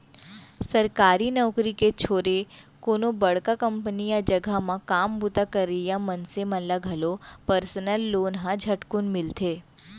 सरकारी नउकरी के छोरे कोनो बड़का कंपनी या जघा म काम बूता करइया मनसे मन ल घलौ परसनल लोन ह झटकुन मिलथे